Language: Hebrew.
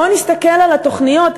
בואו נסתכל על התוכניות,